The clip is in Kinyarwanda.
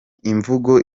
imvugo